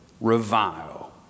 revile